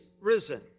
risen